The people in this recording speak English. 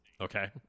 Okay